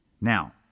Now